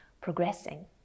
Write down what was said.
progressing